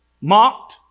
mocked